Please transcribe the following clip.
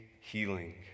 healing